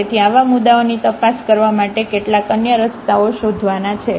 તેથી આવા મુદ્દાઓની તપાસ કરવા માટે કેટલાક અન્ય રસ્તાઓ શોધવાના છે